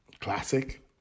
Classic